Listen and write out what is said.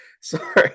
Sorry